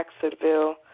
Jacksonville